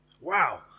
Wow